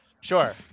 Sure